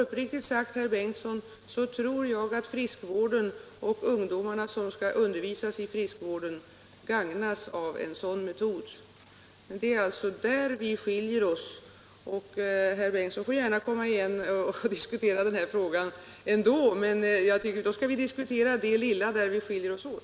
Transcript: Uppriktigt sagt, herr Bengtsson, tror jag att friskvården och ungdomarna som skall undervisas i den gagnas av en sådan metod. Det är alltså där våra uppfattningar skiljer sig och herr Bengtsson får gärna komma igen och diskutera frågan, men jag tycker att vi då skall diskutera det lilla som skiljer oss åt.